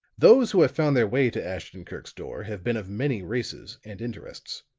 those who have found their way to ashton-kirk's door have been of many races and interests.